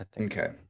Okay